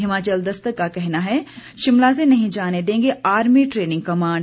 हिमाचल दस्तक का कहना है शिमला से नहीं जाने देंगे आर्मी ट्रेनिंग कमांड